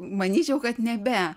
manyčiau kad nebe